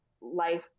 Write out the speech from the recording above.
life